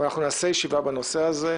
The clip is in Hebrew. נעשה ישיבה בנושא הזה,